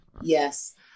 Yes